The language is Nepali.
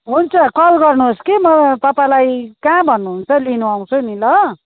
हुन्छ कल गर्नुहोस् कि म तपाईँलाई कहाँ भन्नुहुन्छ लिनु आउँछु नि ल